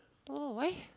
oh why